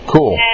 Cool